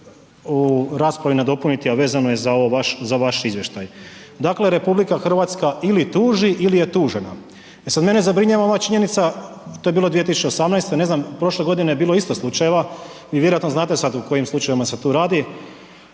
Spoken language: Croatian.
u raspravi nadopuniti a vezano je za ovaj vaš izvještaj. Dakle RH ili tuži ili je tužena. E sad mene zabrinjava ova činjenica, to je bilo 2018., ne znam prošle godine je bilo isto slučajeva, vi vjerojatno znate sad u kojim slučajevima se tu radi,